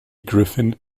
griffin